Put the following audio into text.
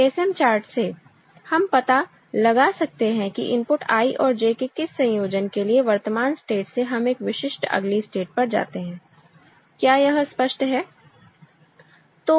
ASM chart से हम पता लगा सकते हैं कि इनपुट I और J के किस संयोजन के लिए वर्तमान स्टेट से हम एक विशिष्ट अगली स्टेट पर जाते हैं क्या यह स्पष्ट है